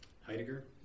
Heidegger